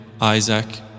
Isaac